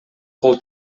кол